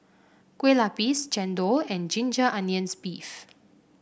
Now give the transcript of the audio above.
Kueh Lapis Chendol and Ginger Onions beef